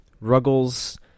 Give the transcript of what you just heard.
Ruggles